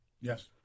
Yes